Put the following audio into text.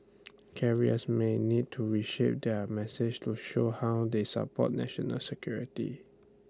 carriers may need to reshape their message to show how they support national security